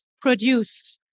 produced